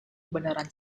kebenaran